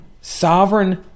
sovereign